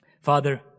Father